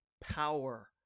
power